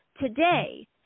today